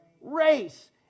Race